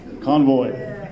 Convoy